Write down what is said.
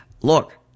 look